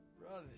Brother